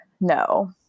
no